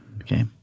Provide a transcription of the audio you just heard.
Okay